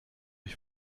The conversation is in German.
ich